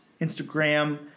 Instagram